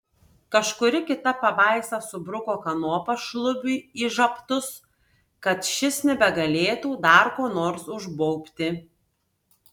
kažkuri kita pabaisa subruko kanopą šlubiui į žabtus kad šis nebegalėtų dar ko nors užbaubti